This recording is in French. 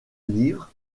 livres